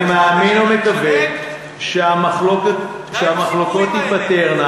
אני מאמין ומקווה שהמחלוקות תיפתרנה